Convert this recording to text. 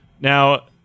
Now